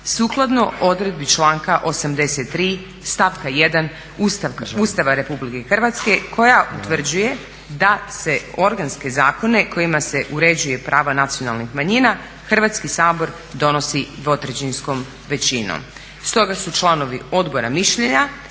sukladno odredbi članka 83.stavka 1. Ustava RH koja utvrđuje da se organske zakone kojima se uređuju prava nacionalnih manjina Hrvatski sabor donosi dvotrećinskom većinom. Stoga su članovi odbora mišljenja